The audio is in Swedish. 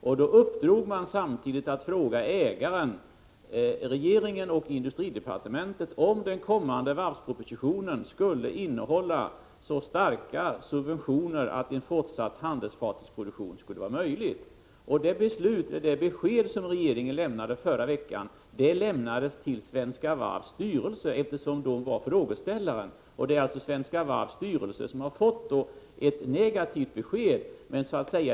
Samtidigt gavs ett uppdrag att fråga ägaren — regeringen och industridepartementet — om den kommande varvspropositionen skulle innehålla så stora subventioner att en fortsatt handelsfartygsproduktion skulle vara möjlig. Det besked som regeringen lämnade i förra veckan lämnades till Svenska Varvs styrelse, eftersom den var frågeställaren. Det är alltså Svenska Varvs styrelse som har fått ett negativt besked.